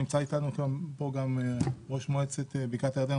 נמצא אתנו כאן גם ראש מועצת בקעת הירדן,